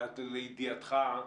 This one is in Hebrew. לידיעתך,